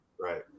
Right